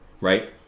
right